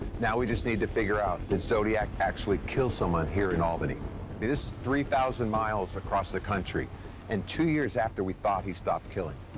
now we just need to figure out did zodiac actually kill someone here in albany. this is three thousand miles across the country and two years after we thought he stopped killing.